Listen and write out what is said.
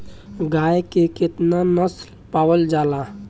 गाय के केतना नस्ल पावल जाला?